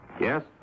Yes